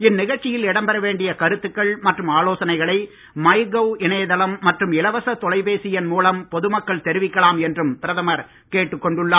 இந்நிகழ்ச்சியில் இடம்பெற வேண்டிய கருத்துக்கள் மற்றும் ஆலோசனைகளை மைகவ் இணையதளம் மற்றும் இலவச தொலைபேசி எண் மூலம் பொதுமக்கள் தெரிவிக்கலாம் என்றும் பிரதமர் கேட்டுக்கொண்டுள்ளார்